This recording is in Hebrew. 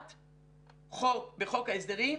העברת חוק בחוק ההסדרים,